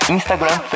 Instagram